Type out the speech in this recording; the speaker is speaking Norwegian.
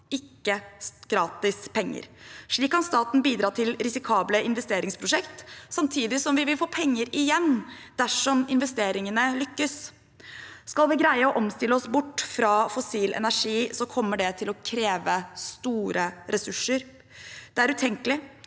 ikke gratis penger. Slik kan staten bidra til risikable investeringsprosjekter, samtidig som vi vil få penger igjen dersom investeringene lykkes. Skal vi greie å omstille oss bort fra fossil energi, kommer det til å kreve store ressurser. Det er utenkelig